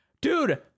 dude